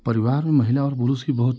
परिवार में महिला और पुरुष की बहुत